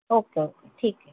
okay okay ठीक आहे